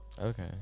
okay